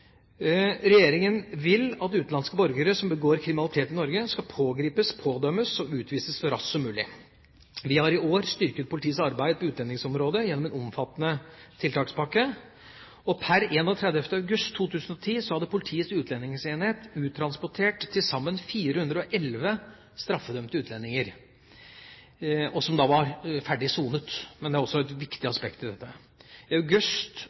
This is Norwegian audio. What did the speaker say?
vil at utenlandske borgere som begår kriminalitet i Norge, skal pågripes, pådømmes og utvises så raskt som mulig. Vi har i år styrket politiets arbeid på utlendingsområdet gjennom en omfattende tiltakspakke. Per 31. august 2010 hadde Politiets utlendingsenhet uttransportert til sammen 411 straffedømte utlendinger, som da var ferdig sonet. Det er også et viktig aspekt i dette. I august